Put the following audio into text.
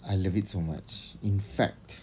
I love it so much in fact